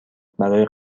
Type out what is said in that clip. برای